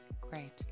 Great